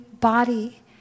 body